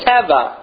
Teva